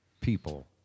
people